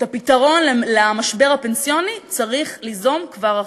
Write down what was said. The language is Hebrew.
את הפתרון למשבר הפנסיוני צריך ליזום כבר עכשיו.